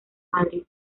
madrid